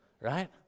right